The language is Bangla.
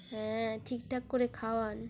হ্যাঁ ঠিকঠাক করে খাওয়ান